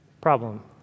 problem